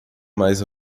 mais